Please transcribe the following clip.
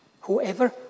whoever